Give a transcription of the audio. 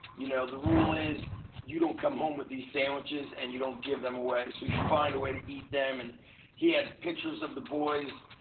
you know the rule is you don't come home with these sandwiches and you don't give them away, so you find a way to eat them. and he had pictures of the boys